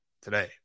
today